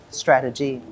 strategy